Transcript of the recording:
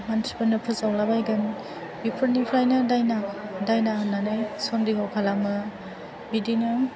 मानसिफोरनो फोसावलाबायगोन बेफोरनिफ्रायनो दायना दायना होननानै सन्देह खालामो बिदिनो